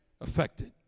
affected